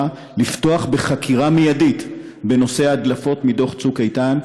לפתוח בחקירה מיידית בנושא ההדלפות מדוח "צוק איתן",